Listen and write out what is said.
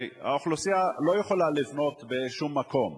הרי האוכלוסייה לא יכולה לבנות בשום מקום.